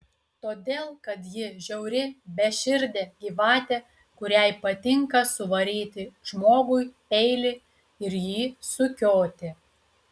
todėl kad ji žiauri beširdė gyvatė kuriai patinka suvaryti žmogui peilį ir jį sukioti